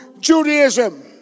Judaism